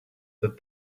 that